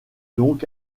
donc